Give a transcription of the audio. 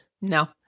No